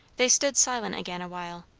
they stood silent again awhile.